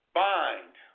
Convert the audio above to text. bind